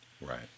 Right